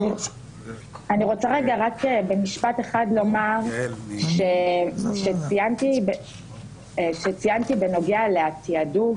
אני רוצה רק במשפט אחד לומר שציינתי בנוגע לתעדוף,